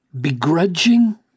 begrudging